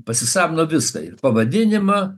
pasisavino viską ir pavadinimą